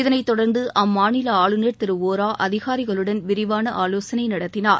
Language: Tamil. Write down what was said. இதளை தொடர்ந்து அம்மாநில ஆளுநர் திரு ஒரா அதிகாரிகளுடன் விரிவாக ஆலோசனை நடத்தினார்